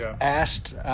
asked –